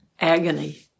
agony